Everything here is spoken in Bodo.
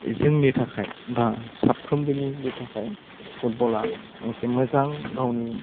जोंनि थाखाय बा साफ्रोमबोनिबो थाखाय फुटबला मोनसे मोजां गावनि